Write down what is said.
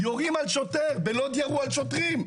יורים על שוטר, בלוד ירו על שוטרים,